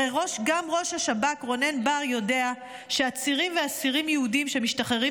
הרי גם ראש השב"כ רונן בר יודע שעצירים ואסירים יהודים שמשתחררים